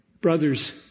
Brothers